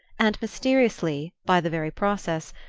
and mysteriously, by the very process,